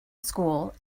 school